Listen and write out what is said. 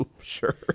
Sure